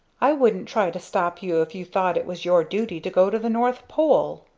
i wouldn't try to stop you if you thought it was your duty to go to the north pole!